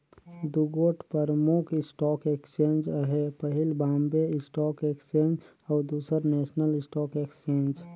दुगोट परमुख stock exchange अहे पहिल बॉम्बे स्टाक एक्सचेंज अउ दूसर नेसनल स्टॉक एक्सचेंज